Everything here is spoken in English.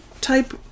type